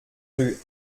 rue